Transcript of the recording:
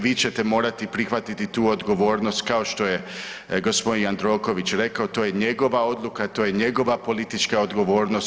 Vi ćete morati prihvatiti tu odgovornost kao što je gospodin Jandroković rekao to je njegova odluka, to je njegova politička odgovornost.